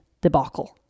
debacle